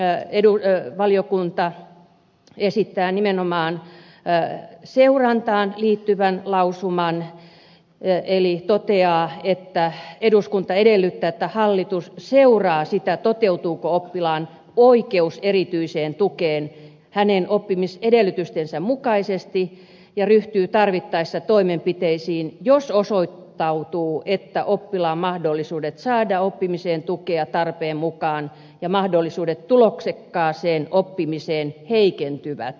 toisena lausumaehdotuksena valiokunta esittää nimenomaan seurantaan liittyvän lausuman eli toteaa että eduskunta edellyttää että hallitus seuraa sitä toteutuuko oppilaan oikeus erityiseen tukeen hänen oppimisedellytystensä mukaisesti ja ryhtyy tarvittaessa toimenpiteisiin jos osoittautuu että oppilaan mahdollisuudet saada oppimiseen tukea tarpeen mukaan ja mahdollisuudet tuloksekkaaseen oppimiseen heikentyvät